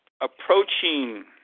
approaching